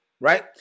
right